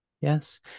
Yes